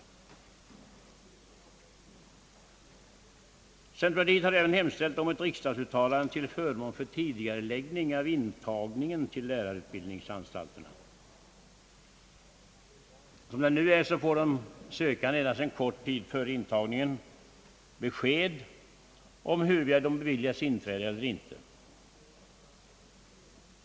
Centerpartiet har även hemställt om ett riksdagsuttalande till förmån för tidigareläggning av intagning i lärarutbildningsanstalt. Som det nu är får de sökande endast en kort tid före intagningen besked om huruvida inträde beviljats dem eller inte.